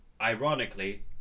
ironically